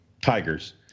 tigers